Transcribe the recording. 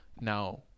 Now